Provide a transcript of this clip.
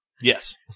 yes